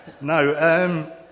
no